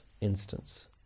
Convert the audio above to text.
instance